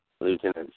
Lieutenant